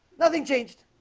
nothing changed